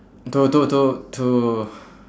to to to to